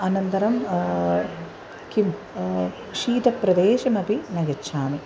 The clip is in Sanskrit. अनन्तरं किं शीतप्रदेशमपि न गच्छामि